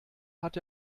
hat